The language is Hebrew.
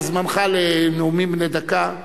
זה זמנך לנאומים בני דקה.